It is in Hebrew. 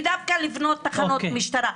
ודווקא לבנות תחנות משטרה.